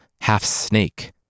half-snake